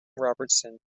robertson